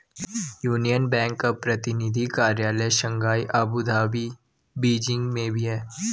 union Bank का प्रतिनिधि कार्यालय शंघाई अबू धाबी और बीजिंग में भी है